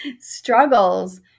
struggles